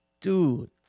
Dude